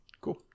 Cool